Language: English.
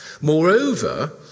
Moreover